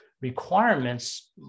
requirements